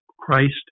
Christ